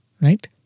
right